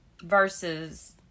versus